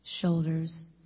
shoulders